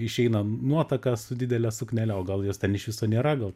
išeina nuotaka su didele suknele o gal jos ten iš viso nėra gal